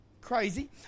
crazy